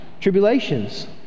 tribulations